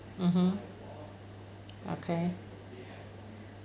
mmhmm okay